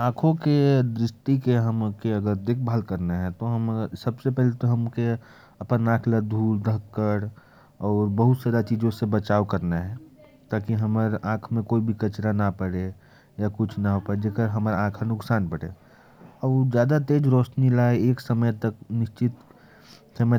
आंख की दृष्टि की रक्षा करनी है तो, आंख को धूल-धक्कड़ से बचाना चाहिए। अधिक तेज रोशनी को बहुत नज़दीक से नहीं देखना चाहिए। कम रोशनी में लिखाई-पढ़ाई का काम नहीं करना चाहिए। और आंख की रोशनी को ठीक करने के लिए